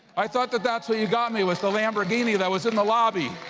i thought that that's what you got me, was the lamborghini that was in the lobby,